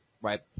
Right